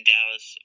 Dallas